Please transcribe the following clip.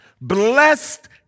blessed